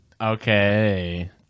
okay